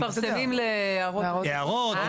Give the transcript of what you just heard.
מפרסמים להערות.